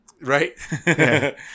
Right